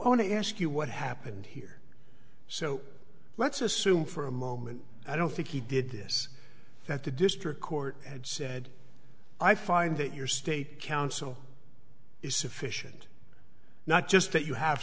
to ask you what happened here so let's assume for a moment i don't think he did this that the district court had said i find that your state counsel is sufficient not just that you have